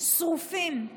שרופים,